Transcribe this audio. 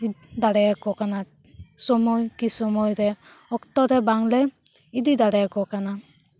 ᱫᱟᱲᱮᱭᱟᱠᱚ ᱠᱟᱱᱟ ᱥᱚᱢᱚᱭ ᱠᱤ ᱥᱚᱢᱚᱭᱨᱮ ᱚᱠᱛᱚᱨᱮ ᱵᱟᱝᱞᱮ ᱤᱫᱤ ᱫᱟᱲᱮᱭᱟᱠᱚ ᱠᱟᱱᱟ